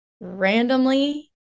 randomly